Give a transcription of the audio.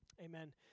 Amen